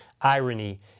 irony